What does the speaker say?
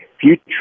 future